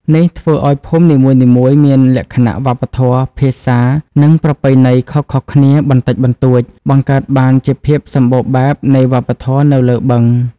នេះធ្វើឱ្យភូមិនីមួយៗមានលក្ខណៈវប្បធម៌ ភាសា និងប្រពៃណីខុសៗគ្នាបន្តិចបន្តួច បង្កើតបានជាភាពសម្បូរបែបនៃវប្បធម៌នៅលើបឹង។